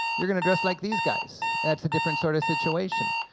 you're going to dress like these guys. that's a different sort of situation.